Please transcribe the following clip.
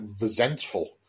resentful